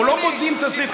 אנחנו לא בודים תסריט.